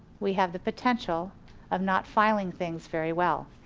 we have the potential of not filing things very well.